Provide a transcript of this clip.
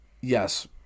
Yes